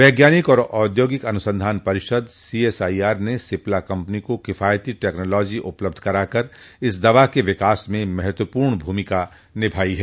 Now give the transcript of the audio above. वैज्ञानिक और औद्योगिक अनुसंधान परिषद सीएसआईआर ने सिप्ला कंपनी को किफायती टेक्नोलाजी उपलब्ध कराकर इस दवा के विकास में महत्वपूर्ण भूमिका निभाई है